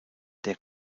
der